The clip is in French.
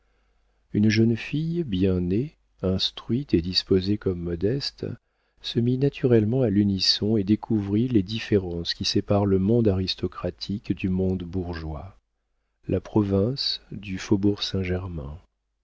une jeune fille bien née instruite et disposée comme modeste se mit naturellement à l'unisson et découvrit les différences qui séparent le monde aristocratique du monde bourgeois la province du faubourg saint-germain